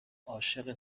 عاشق